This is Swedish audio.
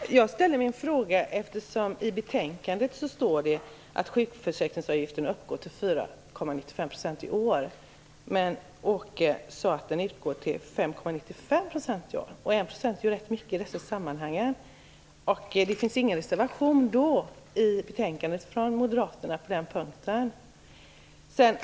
Herr talman! Jag ställde min fråga mot bakgrund av att det står i betänkandet att sjukförsäkringsavgiften i år uppgår till 4,95 %, men Åke Sundqvist sade att den uppgår till 5,95 %. I dessa sammanhang är ju 1 % rätt mycket. Det finns inte heller någon reservation från moderaterna på den punkten.